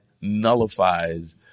nullifies